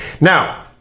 Now